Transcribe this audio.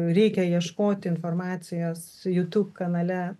reikia ieškoti informacijos jutūb kanale